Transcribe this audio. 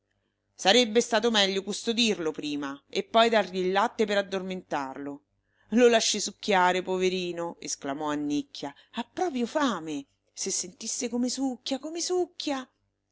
sarebbe stato meglio custodirlo prima e poi dargli il latte per addormentarlo lo lasci succhiare poverino esclamò annicchia ha proprio fame se sentisse come succhia come succhia